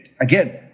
again